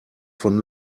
von